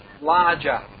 Larger